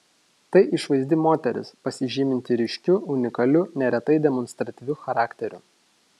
tai išvaizdi moteris pasižyminti ryškiu unikaliu neretai demonstratyviu charakteriu